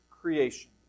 creation